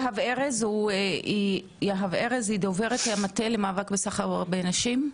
יהב ארז, דוברת המטה למאבק בסחר בנשים.